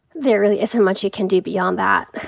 there really isn't much you can do beyond that.